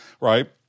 right